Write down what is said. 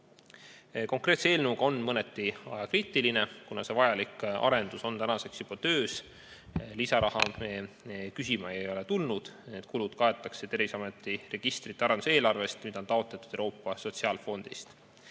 Konkreetne eelnõu on mõneti ajakriitiline, kuna see vajalik arendus on tänaseks juba töös. Lisaraha me küsima ei ole tulnud. Need kulud kaetakse Terviseameti registrite arenduse eelarvest, mida on taotletud Euroopa Sotsiaalfondist.